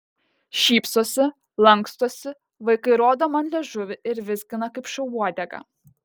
šypsosi lankstosi vaikai rodo man liežuvį ir vizgina kaip šuo uodegą